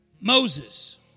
Moses